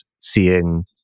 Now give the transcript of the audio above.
seeing